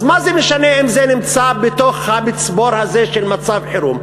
אז מה זה משנה אם זה נמצא בתוך המצבור הזה של מצב חירום.